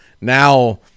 Now